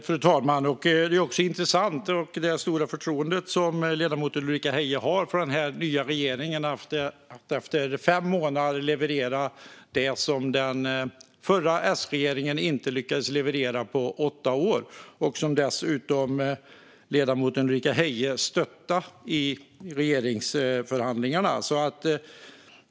Fru talman! Det är intressant att ledamoten har så stort förtroende för regeringen att hon menar att den på fem månader ska kunna leverera det som den tidigare S-regeringen inte lyckades leverera på åtta år. Det var dessutom en regering som ledamoten Ulrika Heie stöttade i regeringsförhandlingarna.